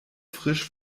frisch